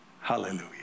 Hallelujah